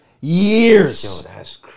years